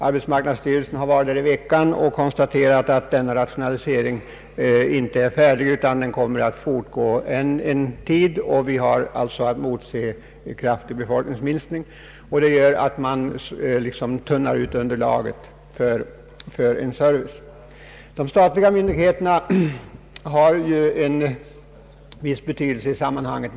Arbetsmarknadsstyrelsen har varit där på besök i veckan och konstaterat att denna rationalisering ännu inte är färdig utan kommer att fortgå ännu en tid. Vi har alltså att motse fortsatt befolkningsminskning, och det gör att underlaget för service tunnas ut. De statliga myndigheterna har också stor betydelse i sammanhanget.